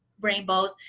rainbows